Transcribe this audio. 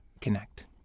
connect